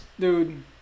dude